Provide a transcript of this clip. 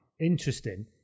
interesting